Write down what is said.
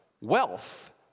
Wealth